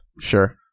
Sure